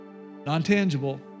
non-tangible